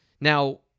Now